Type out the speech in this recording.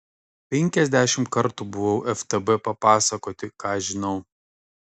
penkiasdešimt kartų buvau ftb papasakoti ką žinau